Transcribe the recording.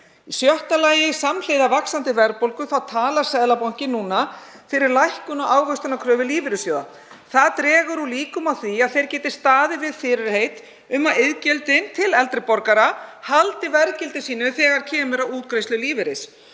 Í sjötta lagi: Samhliða vaxandi verðbólgu talar Seðlabankinn núna fyrir lækkun á ávöxtunarkröfu lífeyrissjóða. Það dregur úr líkum á því að þeir geti staðið við fyrirheit um að iðgjöld til eldri borgara haldi verðgildi sínu þegar kemur að útgreiðslu lífeyris.